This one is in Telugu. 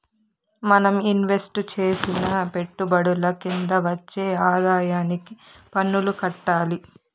మనం ఇన్వెస్టు చేసిన పెట్టుబడుల కింద వచ్చే ఆదాయానికి పన్నులు కట్టాలి